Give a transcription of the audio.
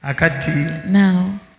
Now